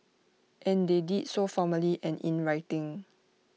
and they did so formally and in writing